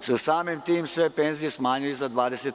su samim tim sve penzije smanjili za 25%